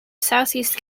southeast